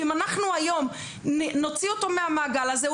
ואם אנחנו היום נוציא אותו מהמעגל הזה,